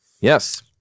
Yes